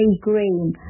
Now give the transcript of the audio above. Green